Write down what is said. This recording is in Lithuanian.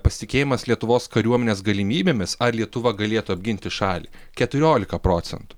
pasitikėjimas lietuvos kariuomenės galimybėmis ar lietuva galėtų apginti šalį keturiolika procentų